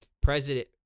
president